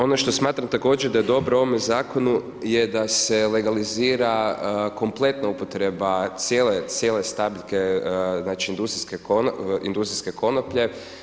Ono što smatram također da je dobro u ovome zakonu je da se legalizira kompletna upotreba cijele stabljike znači industrijske konoplje.